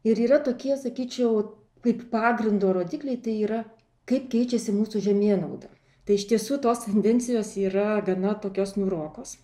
ir yra tokie sakyčiau kaip pagrindo rodikliai tai yra kaip keičiasi mūsų žemėnauda tai iš tiesų tos tendencijos yra gana tokios niūrokos